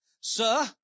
Sir